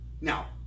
Now